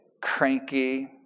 cranky